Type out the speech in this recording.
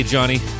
Johnny